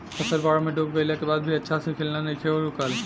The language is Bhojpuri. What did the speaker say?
फसल बाढ़ में डूब गइला के बाद भी अच्छा से खिलना नइखे रुकल